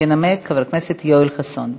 ינמק חבר הכנסת יואל חסון.